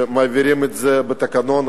שמעבירים את זה בתקנון.